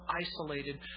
isolated